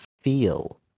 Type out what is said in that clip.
feel